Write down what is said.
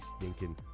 stinking